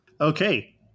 Okay